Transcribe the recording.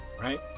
right